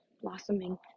blossoming